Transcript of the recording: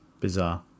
Bizarre